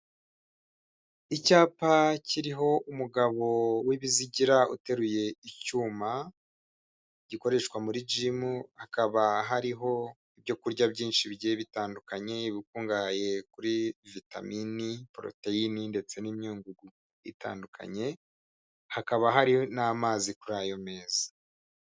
Icyapa kiriho umugabo w'ibizigira uteruye icyuma gikoreshwa muri jimu hakaba hariho ibyo kurya byinshi bitandukanye bikungahaye kuri vitaminini, poroteyini ndetse n'imyunyungugu itandukanye, hakaba hari n'amazi kuri ayo meza.